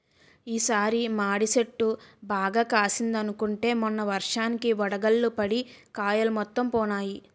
ఈ సారి మాడి చెట్టు బాగా కాసిందనుకుంటే మొన్న వర్షానికి వడగళ్ళు పడి కాయలు మొత్తం పోనాయి